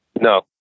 No